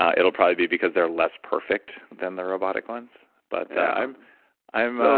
ah it'll probably be because they're less perfect than the robotic ones, but i'm i'm